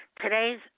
Today's